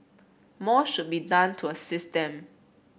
more should be done to assist them